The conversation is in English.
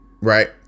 Right